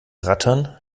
rattern